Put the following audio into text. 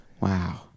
wow